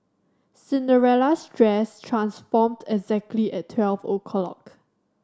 Cinderella's dress transformed exactly at twelve o'clock